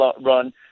run